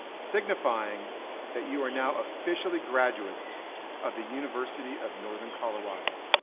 signifying that you are now officially graduates of the university of northern colorado.